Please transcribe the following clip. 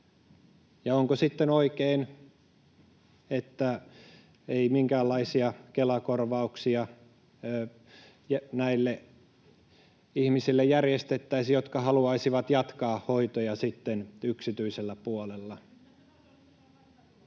onko sitten oikein, että ei minkäänlaisia Kela-korvauksia järjestettäisi näille ihmisille, jotka haluaisivat jatkaa hoitoja yksityisellä puolella?